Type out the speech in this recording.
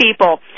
people